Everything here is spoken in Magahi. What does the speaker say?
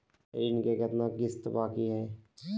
ऋण के कितना किस्त बाकी है?